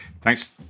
thanks